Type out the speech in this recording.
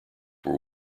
were